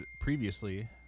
previously